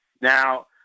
Now